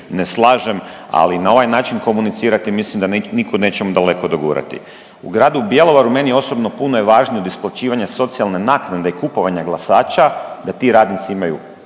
ne slažem, ali na ovaj način komunicirati mislim da nikud nećemo daleko dogurati. U gradu Bjelovaru meni je osobno puno važnije od isplaćivanja socijalne naknade i kupovanja glasača da ti radnici imaju,